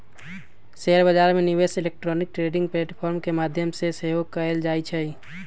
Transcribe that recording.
share बजार में निवेश इलेक्ट्रॉनिक ट्रेडिंग प्लेटफॉर्म के माध्यम से सेहो कएल जाइ छइ